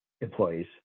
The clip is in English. employees